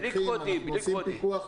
עושים פיקוח.